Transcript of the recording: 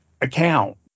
account